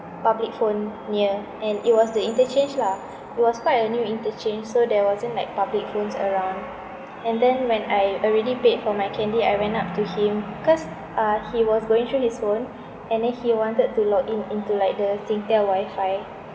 public phone near and it was the interchange lah it was quite a new interchange so there was wasn't like public phones around and then when I already paid for my candy I went up to him cause uh he was going through his phone and then he wanted to log in into like the Singtel WiFi